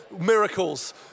miracles